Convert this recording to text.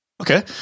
Okay